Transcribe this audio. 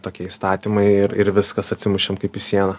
tokie įstatymai ir ir viskas atsimušėm kaip į sieną